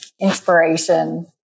inspiration